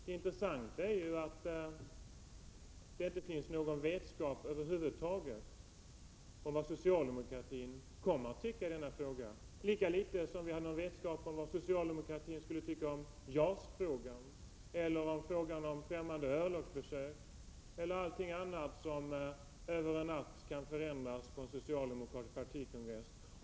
Det intressanta är ju att det inte finns någon vetskap över huvud taget om vad socialdemokratin kommer att tycka i denna fråga, lika litet som vi har någon vetskap om vad socialdemokratin skulle tycka om JAS-frågan eller frågan om främmande örlogsbesök eller allting annat som över en natt kan förändras på en socialdemokratisk partikongress.